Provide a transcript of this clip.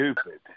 stupid